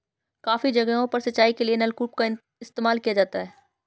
काफी जगहों पर सिंचाई के लिए नलकूप का भी इस्तेमाल किया जाता है